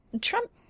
Trump